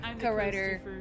co-writer